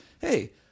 hey